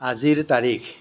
আজিৰ তাৰিখ